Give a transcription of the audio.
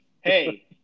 Hey